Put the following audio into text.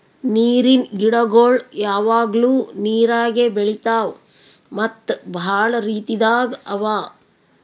ನೀರಿನ್ ಗಿಡಗೊಳ್ ಯಾವಾಗ್ಲೂ ನೀರಾಗೆ ಬೆಳಿತಾವ್ ಮತ್ತ್ ಭಾಳ ರೀತಿದಾಗ್ ಅವಾ